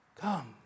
Come